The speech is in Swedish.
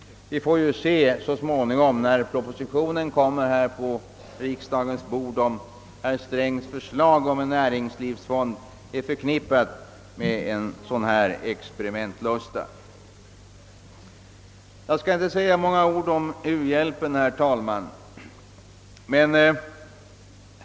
När propositionen så småningom kommer på riksdagens bord får vi se om herr Strängs förslag om en näringslivets fond är förknippat med en sådan experimentlust. Vad sedan u-hjälpen beträffar skall jag inte bli mångordig.